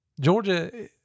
Georgia